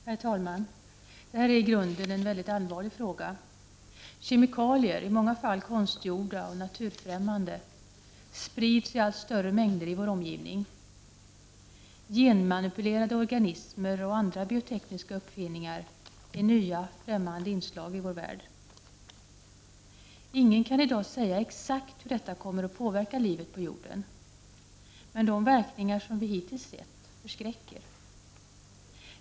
Herr talman! Detta är i grunden en mycket allvarlig fråga. Kemikalier, i många fall konstgjorda och naturfrämmande, sprids i allt större mängder i vår omgivning. Genmanipulerade organismer och andra biotekniska uppfinningar är nya, främmande inslag i vår värld. Ingen kan i dag säga exakt hur detta kommer att påverka livet på jorden, men de verkningar som vi hittills har sett förskräcker.